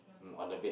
on the bed